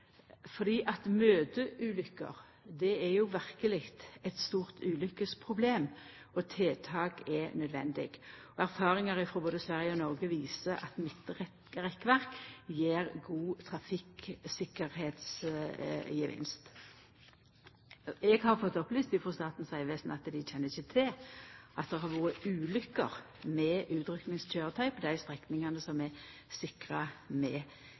fordi møteulykker er verkeleg eit stort problem, og tiltak er nødvendig. Erfaringar frå både Sverige og Noreg viser at midtrekkverk gjev god trafikktryggleikgevinst. Eg har fått opplyst frå Statens vegvesen at dei kjenner ikkje til at det har vore ulykker med utrykkingskøyretøy på dei strekningane som er sikra med